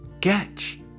catch